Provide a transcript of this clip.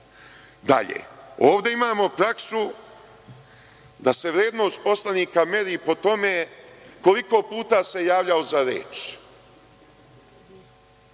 može. Dalje, ovde imamo praksu da se vrednost poslanika meri po tome koliko puta se javljao za reč,